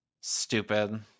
Stupid